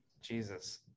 Jesus